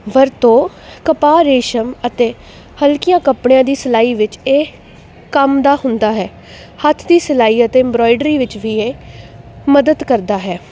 ਵਰਤੋਂ ਕਪਾਹ ਰੇਸ਼ਮ ਅਤੇ ਹਲਕੀਆਂ ਕੱਪੜਿਆਂ ਦੀ ਸਿਲਾਈ ਵਿੱਚ ਇਹ ਕੰਮ ਦਾ ਹੁੰਦਾ ਹੈ ਹੱਥ ਦੀ ਸਿਲਾਈ ਅਤੇ ਐਮਬਰਾਇਡਰੀ ਵਿੱਚ ਵੀ ਇਹ ਮਦਦ ਕਰਦਾ ਹੈ